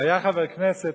והיה חבר כנסת,